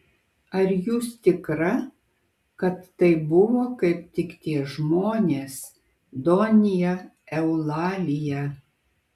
ar jūs tikra kad tai buvo kaip tik tie žmonės donja eulalija